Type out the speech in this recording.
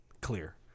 clear